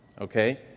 Okay